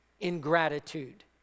ingratitude